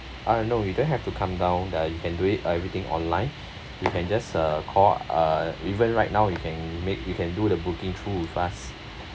uh no you don't have to come down you can do it everything online you can just uh call uh even right now you can make you can do the booking through with us